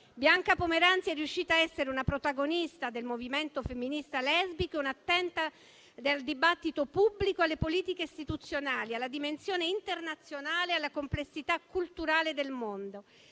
Bianca Pomeranzi è riuscita a essere una protagonista del movimento femminista lesbico, attenta al dibattito pubblico, alle politiche istituzionali, alla dimensione internazionale e alla complessità culturale del mondo.